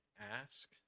ask